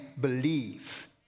believe